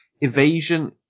Evasion